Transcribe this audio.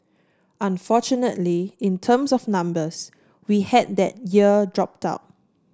unfortunately in terms of numbers we had that year drop out